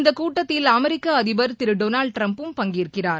இந்த கூட்டத்தில் அமெரிக்க அதிபர் திரு டொனால்ட் டிரம்பும் பங்கேற்கிறார்